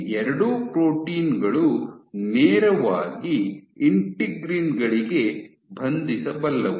ಈ ಎರಡೂ ಪ್ರೋಟೀನ್ ಗಳು ನೇರವಾಗಿ ಇಂಟಿಗ್ರಿನ್ ಗಳಿಗೆ ಬಂಧಿಸಬಲ್ಲವು